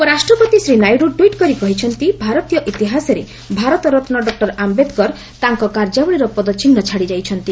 ଉପରାଷ୍ଟ୍ରପତି ଶ୍ରୀ ନାଇଡୁ ଟ୍ୱିଟ୍ କରି କହିଛନ୍ତି ଭାରତୀୟ ଇତିହାସରେ ଭାରତ ରତୁ ଡକ୍ଟର ଆମ୍ବେଦକର ତାଙ୍କ କାର୍ଯ୍ୟାବଳୀର ପଦଚିହ୍ ଛାଡିଯାଇଛନ୍ତି